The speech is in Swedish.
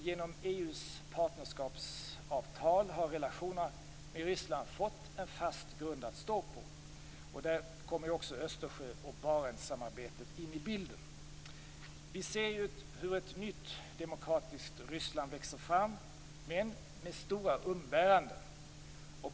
Genom EU:s partnerskapsavtal har relationerna med Ryssland fått en fast grund att stå på. Där kommer också Östersjöoch Barentssamarbetet in i bilden. Vi ser hur ett nytt demokratiskt Ryssland växer fram, men med stora umbäranden.